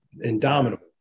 indomitable